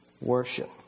worship